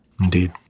indeed